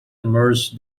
emerged